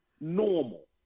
normal